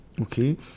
okay